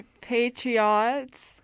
patriots